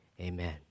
amen